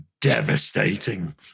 devastating